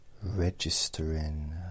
Registering